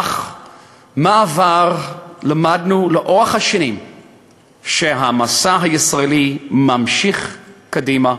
אך מהעבר למדנו לאורך השנים שהמסע הישראלי ממשיך קדימה,